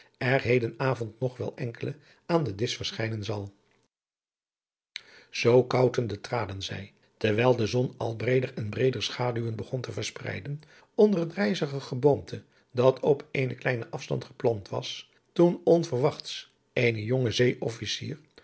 er heden avond nog wel een enkele aan den disch verschijnen zal zoo koutende traden zij terwijl de zon al adriaan loosjes pzn het leven van hillegonda buisman breeder en breeder schaduwen begon te verspreiden onder het rijzig geboomte dat op eenen kleinen afstand geplant was toen overwachts